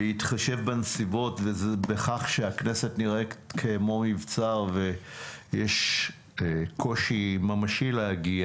בהתחשב בנסיבות ובכך שהכנסת נראית כמו מבצר ויש קושי ממשי להגיע